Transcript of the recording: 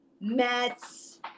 Mets